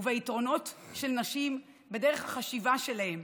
וביתרונות של נשים בדרך החשיבה שלהן,